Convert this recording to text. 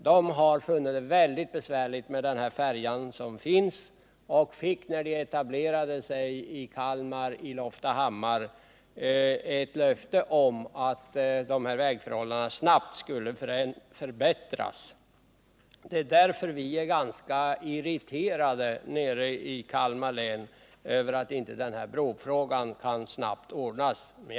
Den industrin har funnit det väldigt besvärligt med den färja som finns och fick när den etablerade sig i Loftahammar ett löfte om att vägförhållandena snabbt skulle förbättras. Det är därför vi i Kalmar län är ganska irriterade över att inte problemen i samband med brofrågan snabbt kan lösas.